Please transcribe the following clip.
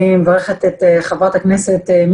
אני מברכת את חברת הכנסת,